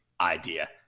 idea